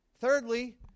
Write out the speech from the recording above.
Thirdly